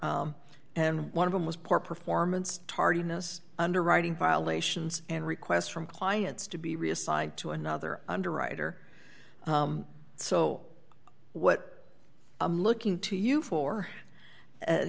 her and one of them was poor performance tardiness underwriting violations and requests from clients to be reassigned to another underwriter so what i'm looking to you for